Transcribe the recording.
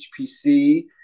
HPC